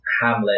hamlet